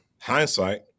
Hindsight